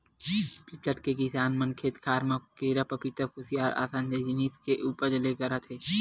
बिकट के किसान मन खेत खार म केरा, पपिता, खुसियार असन जिनिस के उपज ल करत हे